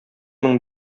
мең